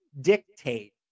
dictate